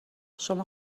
شما